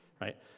right